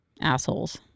Assholes